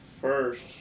first